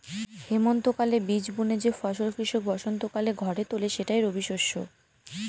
হেমন্তকালে বীজ বুনে যে ফসল কৃষক বসন্তকালে ঘরে তোলে সেটাই রবিশস্য